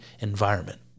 environment